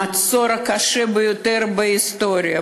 המצור הקשה ביותר בהיסטוריה,